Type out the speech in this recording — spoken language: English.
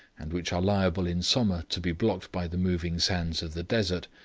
and which are liable in summer to be blocked by the moving sands of the desert,